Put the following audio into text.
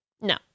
No